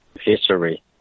history